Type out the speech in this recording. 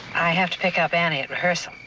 i have to pick up annie at rehearsal.